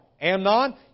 Amnon